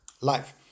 life